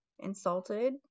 insulted